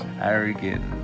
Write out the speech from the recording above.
arrogant